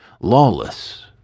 Lawless